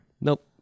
Nope